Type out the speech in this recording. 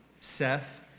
Seth